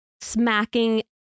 smacking